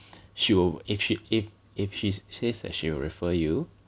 she will if she if if she's says that she will refer you